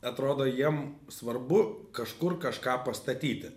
atrodo jiem svarbu kažkur kažką pastatyti